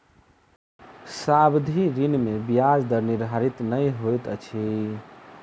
सावधि ऋण में ब्याज दर निर्धारित नै होइत अछि